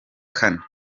kane